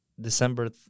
December